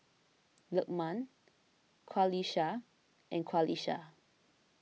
Lukman Qalisha and Qalisha